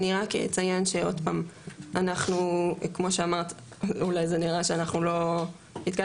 אני רק אציין שעוד פעם אנחנו כמו שאמרת אולי זה נראה שאנחנו לא התקדמנו,